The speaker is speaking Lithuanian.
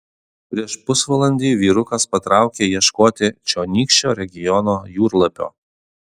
prieš pusvalandį vyrukas patraukė ieškoti čionykščio regiono jūrlapio